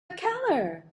keller